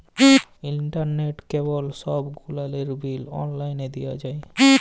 ইলটারলেট, কেবল ছব গুলালের বিল অললাইলে দিঁয়া যায়